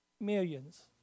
Millions